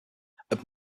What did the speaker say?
had